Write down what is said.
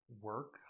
work